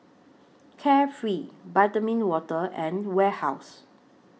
Carefree Vitamin Water and Warehouse